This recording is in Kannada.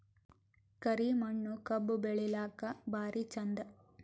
ಕರಿ ಮಣ್ಣು ಕಬ್ಬು ಬೆಳಿಲ್ಲಾಕ ಭಾರಿ ಚಂದ?